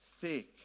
thick